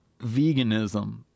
veganism